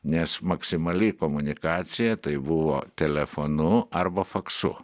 nes maksimali komunikacija tai buvo telefonu arba faksu